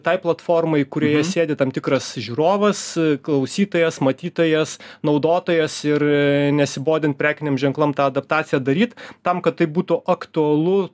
tai platformai kurioje sėdi tam tikras žiūrovas klausytojas matytojas naudotojas ir nesibodint prekiniam ženklam tą adaptaciją daryt tam kad tai būtų aktualu